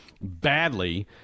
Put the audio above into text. badly